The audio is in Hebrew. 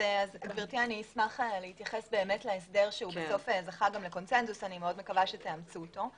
אשמח להתייחס להסדר שבסוף זכה לקונצנזוס אני מקווה שתאמצו אותו.